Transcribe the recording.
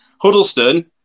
Huddleston